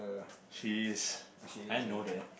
she is I know that